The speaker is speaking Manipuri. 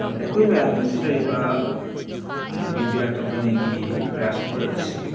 ꯑꯩꯈꯣꯏ ꯃꯌꯥꯝꯅ ꯁꯤꯖꯤꯟꯅꯔꯤꯕ ꯗꯤꯕꯤꯌꯥ ꯀꯝꯄꯅꯤꯒꯤ ꯔꯥꯏꯁ ꯀꯨꯀꯔ ꯑꯁꯤ